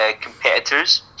competitors